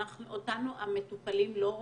אותנו המטופלים לא רואים.